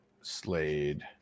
Slade